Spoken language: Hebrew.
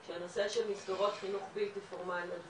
שהנושא שמסגרות חינוך בלתי פורמליות,